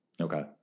Okay